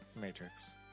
Matrix